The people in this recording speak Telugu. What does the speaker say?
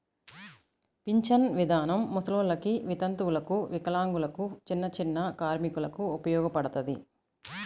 పింఛను ఇదానం ముసలోల్లకి, వితంతువులకు, వికలాంగులకు, చిన్నచిన్న కార్మికులకు ఉపయోగపడతది